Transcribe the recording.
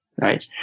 right